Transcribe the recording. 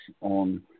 on